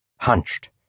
hunched